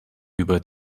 über